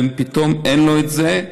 פתאום אין לו את זה,